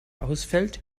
ausfällt